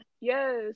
yes